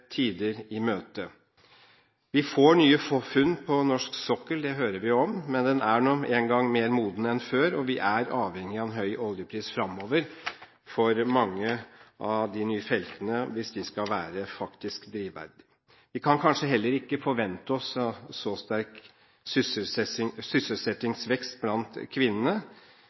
tider i møte. Vi får nye funn på norsk sokkel – det hører vi om. Men den er nå engang mer moden enn før, og vi er avhengig av en høy oljepris fremover for mange av de nye feltene hvis de faktisk skal være drivverdige. Vi kan kanskje heller ikke forvente oss så sterk sysselsettingsvekst blant kvinnene,